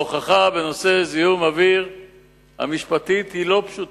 ההוכחה המשפטית בנושא זיהום האוויר היא לא פשוטה,